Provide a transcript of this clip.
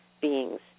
beings